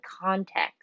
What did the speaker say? context